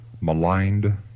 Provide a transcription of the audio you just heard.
maligned